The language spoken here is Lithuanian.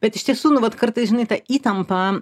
bet iš tiesų nu vat kartais žinai ta įtampa